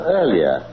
earlier